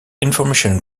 information